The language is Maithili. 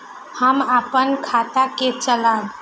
हम अपन खाता के चलाब?